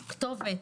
כתובת,